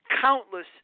countless